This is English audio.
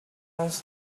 wants